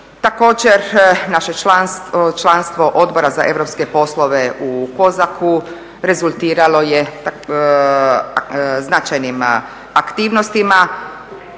Također naše članstvo Odbora za europske poslove u Kozaku rezultiralo je značajnim aktivnostima,